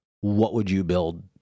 what-would-you-build